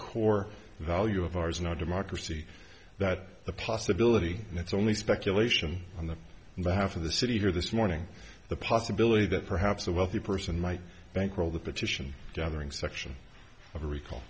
core value of ours in our democracy that the possibility and it's only speculation on the and behalf of the city here this morning the possibility that perhaps a wealthy person might bankroll the petition gathering section of a recall